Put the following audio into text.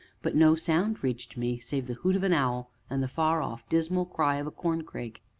but no sound reached me, save the hoot of an owl, and the far-off, dismal cry of a corncrake.